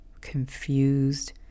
confused